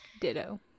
Ditto